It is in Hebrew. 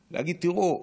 להגיד: תראו,